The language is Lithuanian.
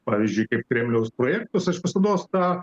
pavyzdžiui kaip kremliaus projektas aš visados tą